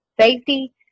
safety